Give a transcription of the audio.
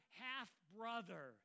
half-brother